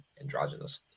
androgynous